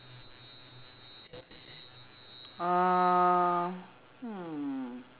uh hmm